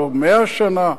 לא 100 שנה,